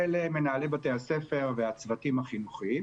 אלה הם מנהלי בתי הספר והצוותים החינוכיים